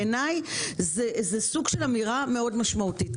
בעיניי, זה סוג של אמירה מאוד משמעותית.